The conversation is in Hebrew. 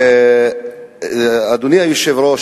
אדוני היושב-ראש,